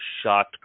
shot